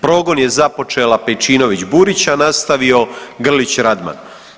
Progon je započela Pejčinović Burić, a nastavio Grlić Radman.